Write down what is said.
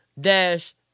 dash